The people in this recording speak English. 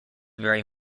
vary